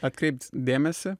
atkreipt dėmesį